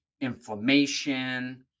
inflammation